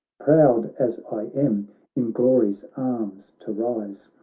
proud as i am in glory's arms to rise,